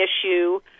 issue